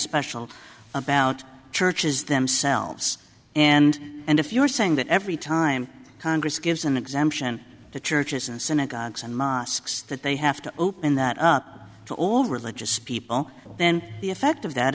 special about churches themselves and and if you're saying that every time congress gives an exemption to churches and synagogues and mosques that they have to open that up to all religious people then the effect of that